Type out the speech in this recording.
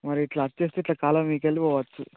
మరి ఇట్లా వచ్చేస్తే ఇట్లా కాలవ మీదకెళ్ళి పోవచ్చు